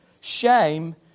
Shame